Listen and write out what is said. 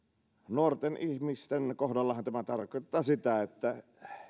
nuorten ihmisten kohdallahan tämä tarkoittaa sitä että